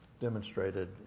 demonstrated